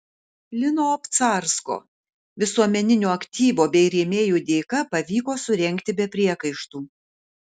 lino obcarsko visuomeninio aktyvo bei rėmėjų dėka pavyko surengti be priekaištų